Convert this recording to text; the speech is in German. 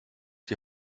die